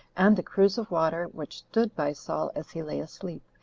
and the cruse of water which stood by saul as he lay asleep,